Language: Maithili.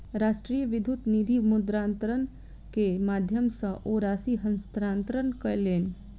राष्ट्रीय विद्युत निधि मुद्रान्तरण के माध्यम सॅ ओ राशि हस्तांतरण कयलैन